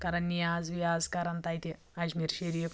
کَران نِیاز وِیاز کَران تَتہِ اجمیٖر شریٖف